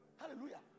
hallelujah